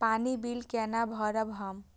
पानी बील केना भरब हम?